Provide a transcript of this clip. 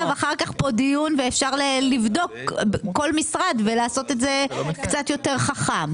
ואפשר לבדוק כל משרד ולעשות את זה קצת יותר חכם.